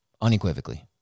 Unequivocally